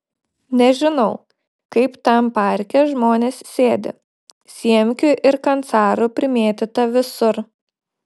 nežinau kaip tam parke žmonės sėdi siemkių ir kancarų primėtyta visur